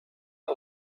her